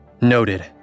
Noted